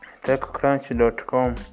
techcrunch.com